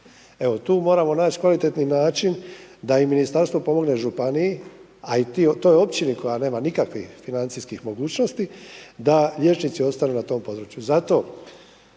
Evo tu moramo naći kvalitetni način da i ministarstvo pomogne županiji, a i toj općini koja nema nikakvih financijskih mogućnosti da liječnici ostanu na tom području.